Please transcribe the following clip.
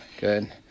Good